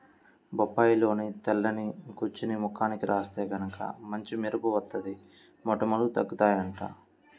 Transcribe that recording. బొప్పాయిలోని తెల్లని గుజ్జుని ముఖానికి రాత్తే గనక మంచి మెరుపు వత్తది, మొటిమలూ తగ్గుతయ్యంట